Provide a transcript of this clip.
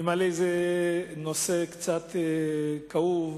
אני מעלה נושא קצת כאוב.